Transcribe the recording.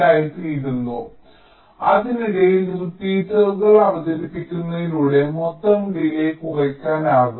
ആയിത്തീരുന്നു അതിനാൽ അതിനിടയിൽ റിപ്പീറ്ററുകൾ അവതരിപ്പിക്കുന്നതിലൂടെ മൊത്തം ഡിലേയ്യ് കുറയ്ക്കാനാകും